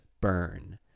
burn